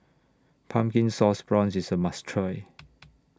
Pumpkin Sauce Prawns IS A must Try